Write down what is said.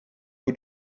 who